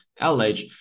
LH